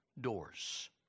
doors